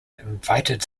invited